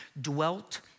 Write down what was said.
Dwelt